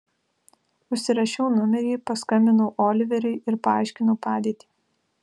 užsirašiau numerį paskambinau oliveriui ir paaiškinau padėtį